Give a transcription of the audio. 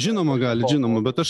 žinoma galit žinoma bet aš